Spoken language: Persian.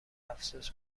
افسوس